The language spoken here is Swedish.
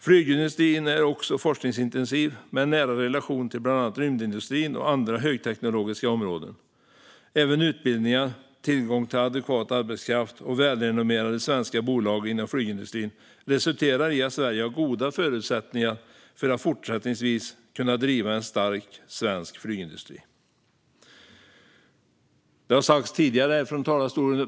Flygindustrin är också forskningsintensiv med nära relation till bland annat rymdindustrin och andra högteknologiska områden. Även utbildningar, tillgång till adekvat arbetskraft och välrenommerade svenska bolag inom flygindustrin resulterar i att Sverige har goda förutsättningar att fortsättningsvis kunna driva en stark svensk flygindustri.